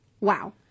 Wow